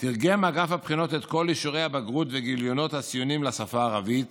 תרגם אגף הבחינות את כל אישורי הבגרות וגיליונות הציונים לשפה הערבית